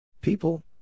People